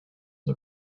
the